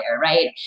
right